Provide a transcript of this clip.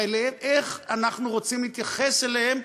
איך אנחנו רוצים להתייחס אליהם?